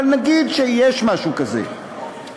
אבל נגיד שיש משהו כזה,